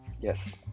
Yes